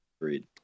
Agreed